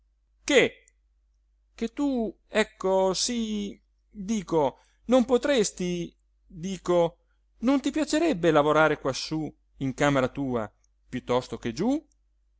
che che tu ecco sí dico non potresti dico non ti piacerebbe lavorare quassù in camera tua piuttosto che giú